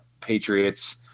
Patriots